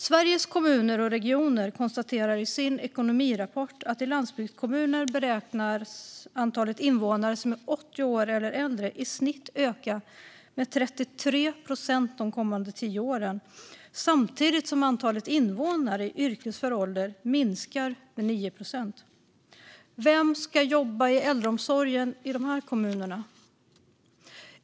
Sveriges Kommuner och Regioner konstaterar i sin ekonomirapport att i landsbygdskommuner beräknas antalet invånare som är 80 år eller äldre i snitt öka med 33 procent de kommande tio åren, samtidigt som antalet invånare i yrkesför ålder minskar med 9 procent. Vem ska jobba i äldreomsorgen i de kommunerna?